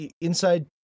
inside